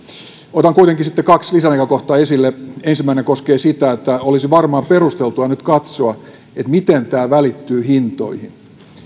otan kuitenkin sitten kaksi lisänäkökohtaa esille ensimmäinen koskee sitä että olisi varmaan perusteltua nyt katsoa miten tämä välittyy hintoihin